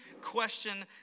question